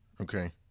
okay